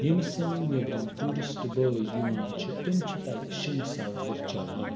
یِم سٲنۍ نیٚبرِم ٹیٛوٗرِسٹہٕ بھٲے یِوان چھ تِم چھِ تَتہِ شِنہٕ سَوٲرۍ چیٚوان